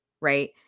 right